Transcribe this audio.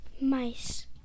Mice